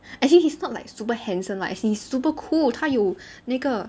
actually he's not like super handsome like he's super cool 他有那个